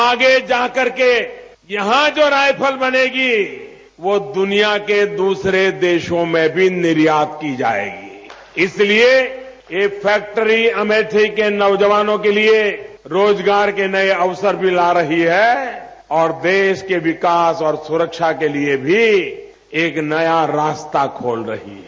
आगे जाकर यहां राइफल बनेंगी वह दुनिया के दूसरे देशों में निर्यात की जायेगी इसलिए यह फैक्ट्री अमेठी के नौजवनों के लिए रोजगार के नये अवसर भी ला रही है और देश के विकास और सुरक्षा के लिए भी एक नया रास्ता खोल रही है